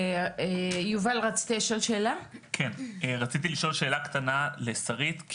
רציתי לשאול שאלה קטנה את שרית.